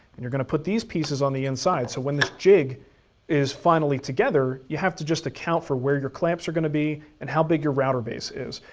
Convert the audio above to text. you're gonna put these pieces on the inside so when the jig is finally together, you have to just account for where your clamps are gonna be and how big your router base is.